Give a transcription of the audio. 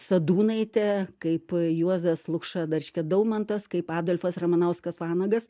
sadūnaitė kaip juozas lukša dar reiškia daumantas kaip adolfas ramanauskas vanagas